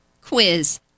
Quiz